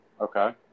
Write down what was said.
Okay